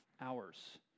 hours